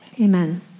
Amen